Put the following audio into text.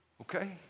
Okay